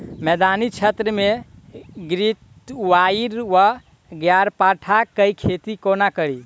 मैदानी क्षेत्र मे घृतक्वाइर वा ग्यारपाठा केँ खेती कोना कड़ी?